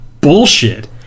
bullshit